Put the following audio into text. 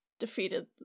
defeated